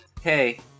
Hey